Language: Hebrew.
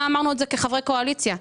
אמרנו את זה גם כחברי קואליציה.